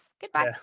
goodbye